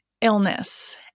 illness